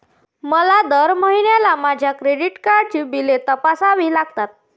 मला दर महिन्याला माझ्या क्रेडिट कार्डची बिले तपासावी लागतात